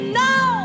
no